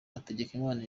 hategekimana